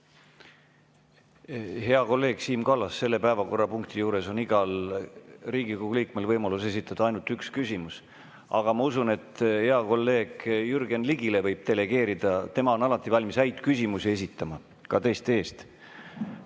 Hea kolleeg Siim Kallas, selle päevakorrapunkti juures on igal Riigikogu liikmel võimalus esitada ainult üks küsimus. Aga ma usun, et [küsimuse] võib heale kolleegile Jürgen Ligile delegeerida, tema on alati valmis häid küsimusi esitama, ka teiste eest.